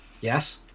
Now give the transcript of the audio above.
Yes